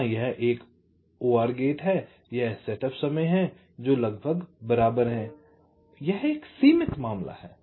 यहां यह एक OR गेट है यह सेटअप समय है जो लगभग बराबर हैं यह सीमित मामला है